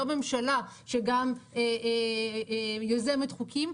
בתור ממשלה שגם יוזמת חוקים,